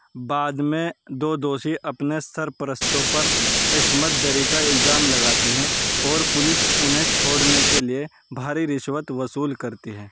بعد میں دو دوشی اپنے سرپرستوں پر عصمت دری کا الزام لگاتے ہیں اور پولیس انہیں چھوڑنے کے لیے بھاری رشوت وصول کرتی ہیں